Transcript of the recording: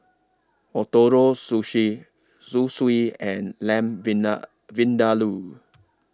Ootoro Sushi Zosui and Lamb Vinda Vindaloo